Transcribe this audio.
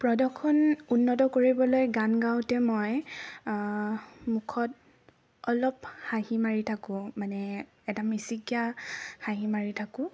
প্ৰদৰ্শন উন্নত কৰিবলৈ গান গাওঁতে মই মুখত অলপ হাঁহু মাৰি থাকোঁ মানে এটা মিচিকীয়া হাঁহি মাৰি থাকোঁ